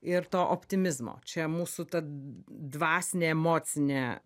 ir to optimizmo čia mūsų ta dvasinė emocinė